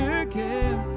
again